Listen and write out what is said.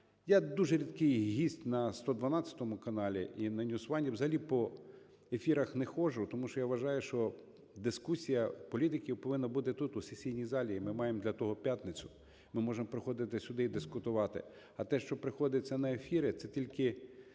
Я дуже рідкий гість на "112 каналі" і на NewsOne, взагалі по ефірах не ходжу, тому що я вважаю, що дискусія політиків повинна бути тут, у сесійній залі, і ми маємо для того п'ятницю. Ми можемо приходити сюди і дискутувати. А те, що приходять на ефіри, це тільки,